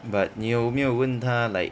but 你有没有问他 like